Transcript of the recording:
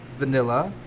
vanilla,